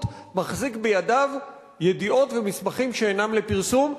מחזיק בידיו ידיעות ומסמכים שאינם לפרסום,